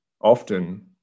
often